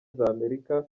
z’amerika